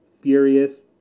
furious